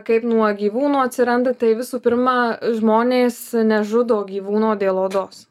kaip nuo gyvūnų atsiranda tai visų pirma žmonės nežudo gyvūno dėl odos